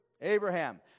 Abraham